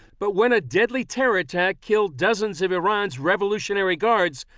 but when a deadly terror attack killed dozens of iranian revolutionary guards,